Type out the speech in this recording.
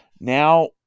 now